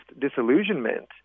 disillusionment